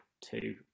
two